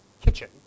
kitchen